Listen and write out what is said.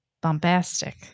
bombastic